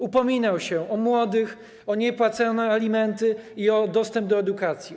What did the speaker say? Upominał się o młodych, o niepłacone alimenty i o dostęp do edukacji.